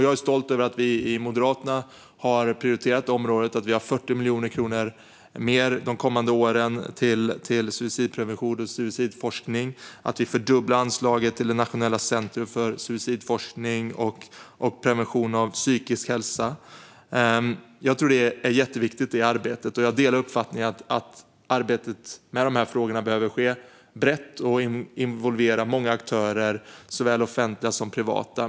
Jag är stolt över att vi i Moderaterna har prioriterat detta område. Vi har anslagit 40 miljoner kronor mer de kommande åren till suicidprevention och suicidforskning. Vi fördubblar anslaget till Nationellt centrum för suicidforskning och prevention av psykisk ohälsa. Jag tror att det arbetet är jätteviktigt. Jag delar uppfattningen att arbetet med de här frågorna behöver ske brett och involvera många aktörer, såväl offentliga som privata.